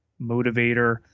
motivator